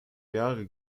jahre